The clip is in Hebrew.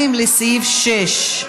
2, לסעיף 6?